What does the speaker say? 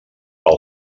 pel